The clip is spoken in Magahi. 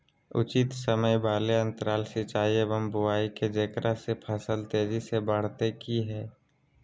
उचित समय वाले अंतराल सिंचाई एवं बुआई के जेकरा से फसल तेजी से बढ़तै कि हेय?